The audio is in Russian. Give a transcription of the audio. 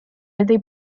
этой